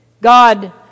God